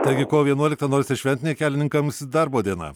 taigi kovo vienuoliktą nors ir šventinė kelininkams darbo diena